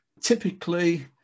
typically